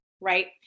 right